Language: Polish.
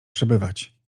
przebywać